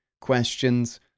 questions